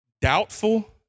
Doubtful